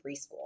preschool